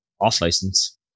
off-license